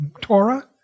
Torah